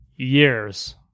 Years